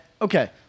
Okay